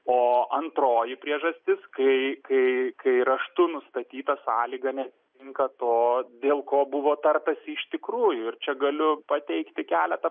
o antroji priežastis kai kai raštu nustatyta sąlyga neatitinka to dėl ko buvo tartasi iš tikrųjų ir čia galiu pateikti keletą pavyzdžių